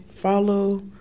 Follow